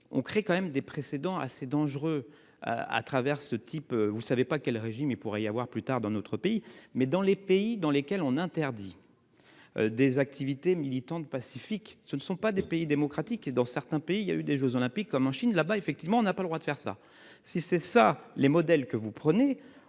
on crée quand même des précédents assez dangereux. À travers ce type vous savez pas quel régime il pourrait y avoir plus tard dans notre pays mais dans les pays dans lesquels on interdit. Des activités militantes pacifique, ce ne sont pas des pays démocratiques et dans certains pays, il y a eu des Jeux olympiques, comme en Chine là bas effectivement, on n'a pas le droit de faire ça si c'est ça les modèles que vous prenez